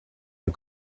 you